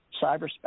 cyberspace